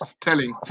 Telling